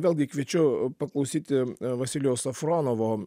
vėlgi kviečiu paklausyti vasilijaus safronovo